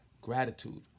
gratitude